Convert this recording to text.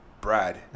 Brad